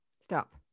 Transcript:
Stop